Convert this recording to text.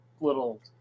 little